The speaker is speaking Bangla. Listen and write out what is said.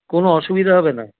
কোনো অসুবিধা হবে না